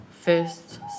first